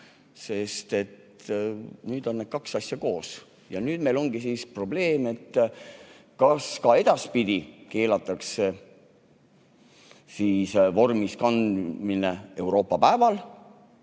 Sest nüüd on need kaks asja koos ja nüüd meil ongi probleem, kas ka edaspidi keelatakse vormi kandmine Euroopa päeval